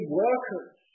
workers